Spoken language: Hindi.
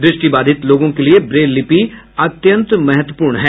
द्रष्टि बाधित लोगों के लिए ब्रेल लिपि अत्यंत महत्वपूर्ण है